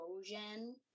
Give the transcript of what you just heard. explosion